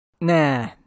Nah